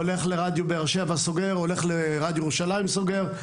הולך לרדיו ב"ש סוגר, הולך לרדיו ירושלים סוגר.